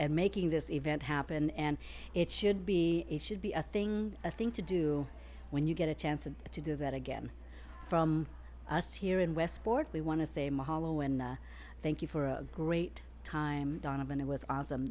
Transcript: and making this event happen and it should be it should be a thing a thing to do when you get a chance to do that again from us here in westport we want to say mahalo and thank you for a great time donovan it was awesome